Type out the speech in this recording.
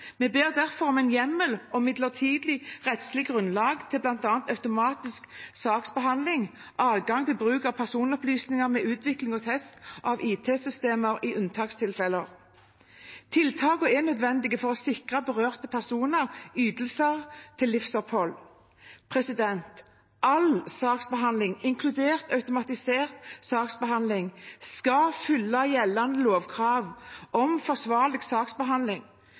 Vi ber derfor om en hjemmel for midlertidig rettslig grunnlag til bl.a. automatisk saksbehandling og adgang til bruk av personopplysninger ved utvikling og test av IT-systemer i unntakstilfeller. Tiltakene er nødvendige for å sikre berørte personer ytelser til livsopphold. All saksbehandling, inkludert automatisert saksbehandling, skal følge gjeldende lovkrav om forsvarlig saksbehandling.